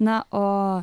na o